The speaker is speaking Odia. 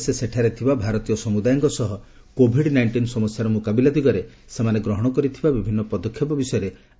ପରେ ସେ ସେଠାରେ ଥିବା ଭାରତୀୟ ସମୁଦାୟଙ୍କ ସହ କୋଭିଡ ନାଇଷ୍ଟିନ୍ ସମସ୍ୟାର ମୁକାବିଲା ଦିଗରେ ସେମାନେ ଗ୍ରହଣ କରିଥିବା ବିଭିନ୍ନ ପଦକ୍ଷେପ ବିଷୟରେ ଆଲୋଚନା କରିଥିଲେ